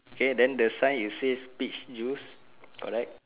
okay then the sign it says peach juice correct